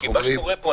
כי מה שקורה פה,